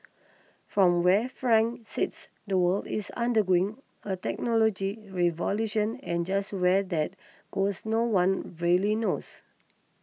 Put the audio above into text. from where Frank sits the world is undergoing a technology revolution and just where that goes no one really knows